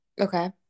okay